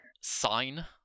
sign